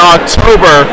October